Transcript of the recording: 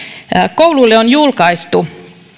kouluille on julkaistu